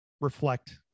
Reflect